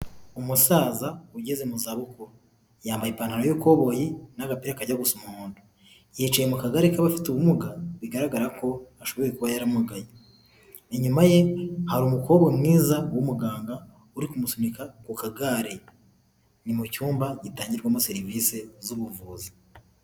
Umusaza ugeze mu zabukuru, yambaye ipantaro y'ikoboyi n'agapira kajya gusa umuhodo, yicaye mu kagari k'abafite ubumuga bigaragara ko ashoboye kuba yaramugaye, inyuma ye hari umukobwa mwiza w'umuganga uri kumusunika ku kagare, ni mu cyumba gitangirwamo serivisi z'ubuvuzi.